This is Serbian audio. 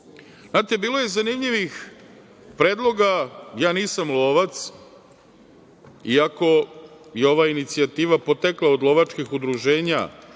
priči. Znate, bilo je zanimljivih predloga, ja nisam lovac, iako je ova inicijativa potekla od lovačkih udruženja,